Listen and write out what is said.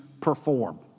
perform